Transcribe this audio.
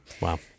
Wow